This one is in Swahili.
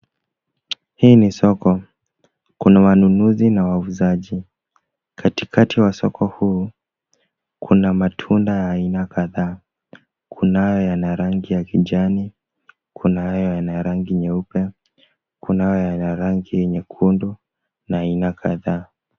Hii ni soko, kuna wanunuzi na wauzaji katikati wa soko huu Kuna matunda ya aina kadhaa . Kunayo enye rangi ya kijani ,kunayo enye rangi nyeupe, kunayo enye rangi nyekundu na aina kadhaa.